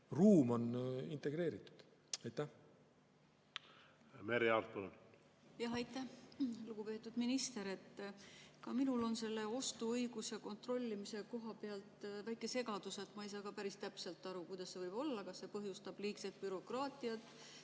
ruum on integreeritud. Merry Aart, palun! Aitäh! Lugupeetud minister! Ka minul on selle ostuõiguse kontrollimise koha pealt väike segadus. Ma ei saa päris täpselt aru, kuidas see võib olla: kas see põhjustab liigset bürokraatiat